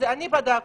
אני בדקתי.